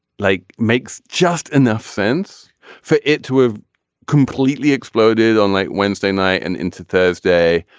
like makes just enough sense for it to have completely exploded on late wednesday night and into thursday.